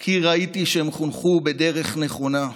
כי ראיתי שהם חונכו בדרך נכונה.